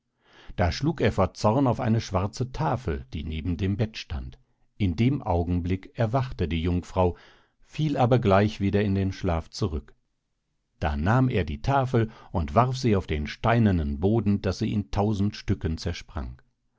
da schlug er vor zorn auf eine schwarze tafel die neben dem bett stand in dem augenblick erwachte die jungfrau fiel aber gleich wieder in den schlaf zurück da nahm er die tafel und warf sie auf den steinernen boden daß sie in tausend stücken zersprang